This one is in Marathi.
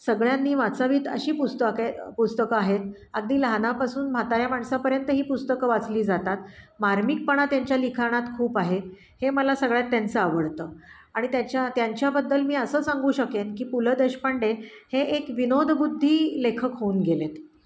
सगळ्यांनी वाचवीत अशी पुस्तके पुस्तकं आहेत अगदी लहानापासून म्हाताऱ्या माणसापर्यंत ही पुस्तकं वाचली जातात मार्मिकपणा त्यांच्या लिखाणात खूप आहे हे मला सगळ्यात त्यांचं आवडतं आणि त्याच्या त्यांच्याबद्दल मी असं सांगू शकेन की पु ल देशपांडे हे एक विनोदबुद्धी लेखक होऊन गेले आहेत